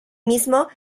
mismo